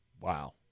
wow